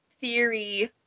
theory